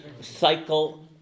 cycle